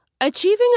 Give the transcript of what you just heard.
Achieving